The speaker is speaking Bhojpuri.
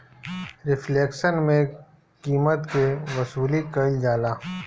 रिफ्लेक्शन में कीमत के वसूली कईल जाला